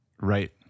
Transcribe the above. Right